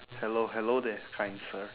hello hello there kind sir